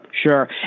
sure